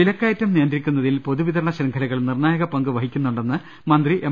വിലക്കയറ്റം നിയന്ത്രിക്കുന്നതിൽ പൊതുവിതരണ ശൃംഖലകൾ നിർണായക പങ്ക് വഹിക്കുന്നുണ്ടെന്ന് മന്ത്രി എം